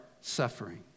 suffering